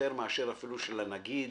מאשר של הנגיד